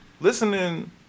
Listening